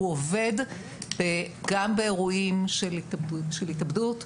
הוא עובד גם באירועים של התאבדות,